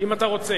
אם אתה רוצה.